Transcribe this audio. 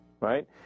right